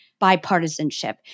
bipartisanship